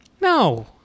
No